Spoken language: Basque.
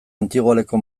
antigoaleko